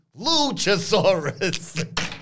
Luchasaurus